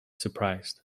surprised